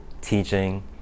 teaching